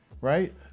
right